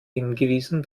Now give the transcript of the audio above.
hingewiesen